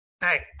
Hey